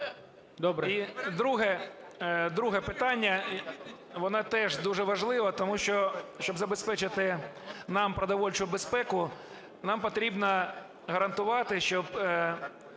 В.Ф. І друге питання. Воно теж дуже важливе, тому що, щоб забезпечити нам продовольчу безпеку, нам потрібно гарантувати, щоб